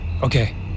Okay